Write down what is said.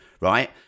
right